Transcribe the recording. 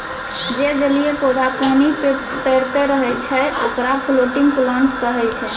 जे जलीय पौधा पानी पे तैरतें रहै छै, ओकरा फ्लोटिंग प्लांट कहै छै